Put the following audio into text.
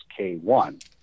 K1